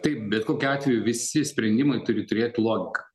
tai bet kokiu atveju visi sprendimai turi turėt logiką